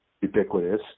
ubiquitous